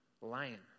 lion